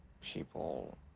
people